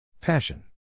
Passion